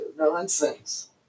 Nonsense